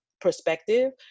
perspective